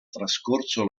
trascorso